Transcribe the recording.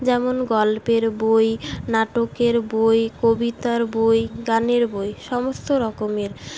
যেমন গল্পের বই নাটকের বই কবিতার বই গানের বই সমস্তরকমের